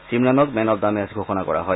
ছিমৰানক man of the match ঘোষণা কৰা হয়